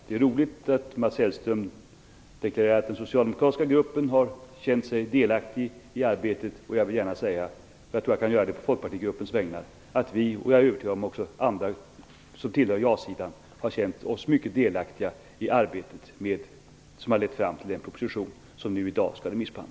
Det är roligt att Mats Hellström deklarerar att den socialdemokratiska gruppen har känt sig delaktig i arbetet. Jag tror också att jag på folkpartigruppens vägnar kan säga att vi har känt oss mycket delaktiga i arbetet som lett fram till den proposition som i dag skall remitteras.